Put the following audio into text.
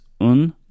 un